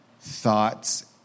thoughts